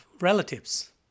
relatives